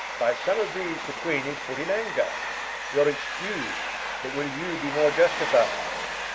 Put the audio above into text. by some of these the queene is put in anger y'are excus'd but will you be more iustifi'de?